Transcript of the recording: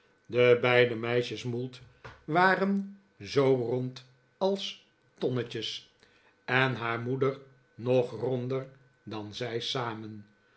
de beide meisjes mould waren zoo rond als tonnetjes en haar moeder nog ronder dan zij samen